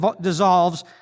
dissolves